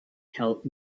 help